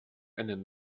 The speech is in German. einen